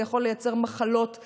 זה יכול לייצר מחלות,